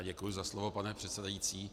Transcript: Děkuji za slovo, pane předsedající.